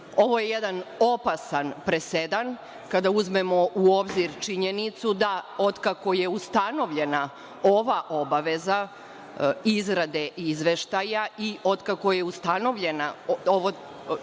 je jedan opasan presedan, kada uzmemo u obzir činjenicu da otkako je ustanovljena ova obaveza izrade izveštaja i otkako je ustanovljeno ovo